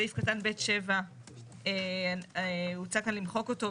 סעיף קטן ב(7) הוצע כאן למחוק אותו,